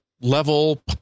level